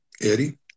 Eddie